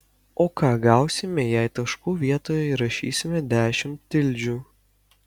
o ką gausime jei taškų vietoje įrašysime dešimt tildžių